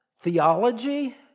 theology